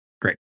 Great